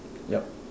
yup